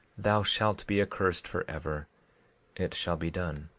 thou shalt be accursed forever it shall be done.